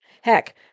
Heck